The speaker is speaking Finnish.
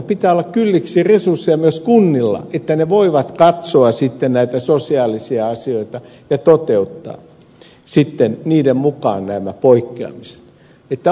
pitää olla kylliksi resursseja myös kunnilla niin että ne voivat katsoa sitten näitä sosiaalisia asioita ja toteuttaa niiden mukaan nämä poikkeamiset